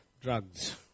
drugs